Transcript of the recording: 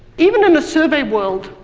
even in a survey word,